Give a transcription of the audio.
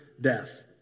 death